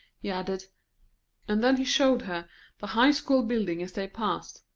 he added and then he showed her the high-school building as they passed,